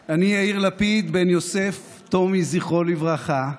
אני, יאיר לפיד, בן יוסף טומי, זכרו לברכה,